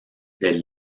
del